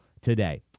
today